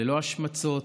ללא השמצות,